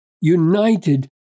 united